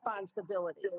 responsibility